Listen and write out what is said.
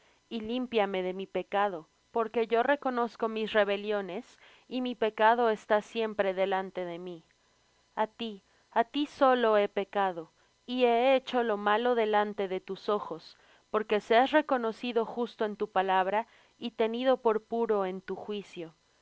y límpiame de mi pecado porque yo reconozco mis rebeliones y mi pecado está siempre delante de mí a ti á ti solo he pecado y he hecho lo malo delante de tus ojos porque seas reconocido justo en tu palabra y tenido por puro en tu juicio